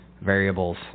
variables